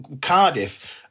Cardiff